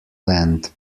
land